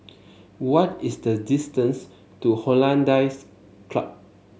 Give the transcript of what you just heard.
what is the distance to Hollandse Club